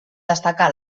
destacà